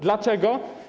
Dlaczego?